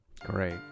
Great